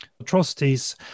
atrocities